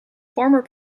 former